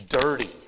dirty